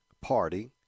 party